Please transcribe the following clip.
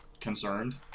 concerned